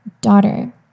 daughter